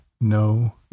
no